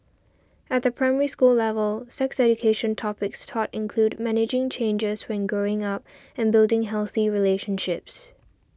at the Primary School level sex education topics taught include managing changes when growing up and building healthy relationships